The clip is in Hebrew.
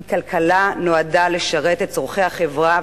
כי כלכלה נועדה לשרת את צורכי החברה,